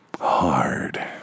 hard